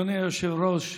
אדוני היושב-ראש,